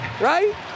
right